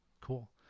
Cool